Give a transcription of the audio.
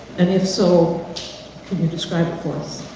and if so, can you describe it